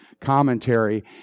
commentary